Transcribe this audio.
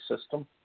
system